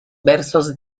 versos